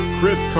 Chris